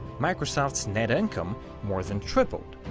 microsoft's net income more than tripled.